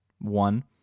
One